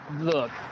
look